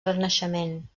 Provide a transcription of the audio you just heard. renaixement